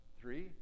Three